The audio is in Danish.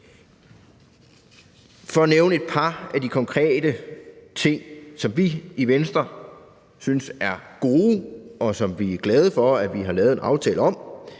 For at nævne et par af de konkrete ting, som vi i Venstre synes er gode, og som vi er glade for at vi har lavet en aftale om,